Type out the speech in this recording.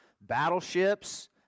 battleships